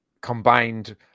combined